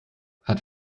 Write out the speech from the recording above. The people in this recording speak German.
hat